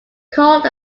called